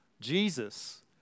Jesus